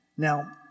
Now